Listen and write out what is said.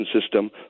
system